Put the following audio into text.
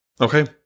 Okay